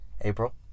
April